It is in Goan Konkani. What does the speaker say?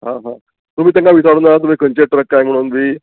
आं हां तुमी तेंका विचारुना तुमी खंयचे ट्रक कांय म्हणून बी